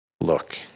look